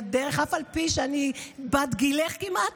אף על פי שאני בת גילך כמעט,